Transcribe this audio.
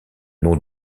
nom